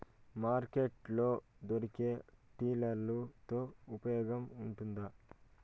Market లో దొరికే tiller తో ఉపయోగం ఉంటుందా?